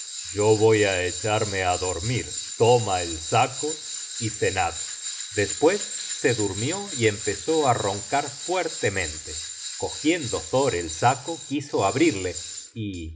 yo voy á echarme á dormir toma el saco y cenad despues se durmió y empezó á roncar fuertemente cogiendo thor el saco quiso abrirle y